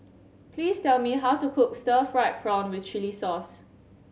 please tell me how to cook stir fried prawn with chili sauce